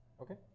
Okay